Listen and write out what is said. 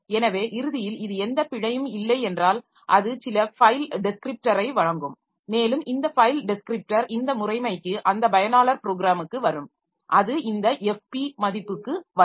எனவே இறுதியில் இது எந்த பிழையும் இல்லை என்றால் அது சில ஃபைல் டெஸ்கிரிப்டரை வழங்கும் மேலும் இந்த ஃபைல் டெஸ்கிரிப்டர் இந்த முறைமைக்கு அந்த பயனாளர் ப்ரோக்ராமுக்கு வரும் அது இந்த fp மதிப்புக்கு வரும்